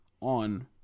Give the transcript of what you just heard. on